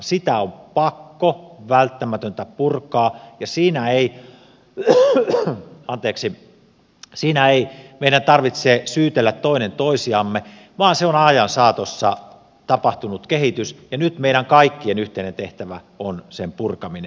sitä on pakko välttämätöntä purkaa ja siinä ei meidän tarvitse syytellä toinen toisiamme vaan se on ajan saatossa tapahtunut kehitys ja nyt meidän kaikkien yhteinen tehtävä on sen purkaminen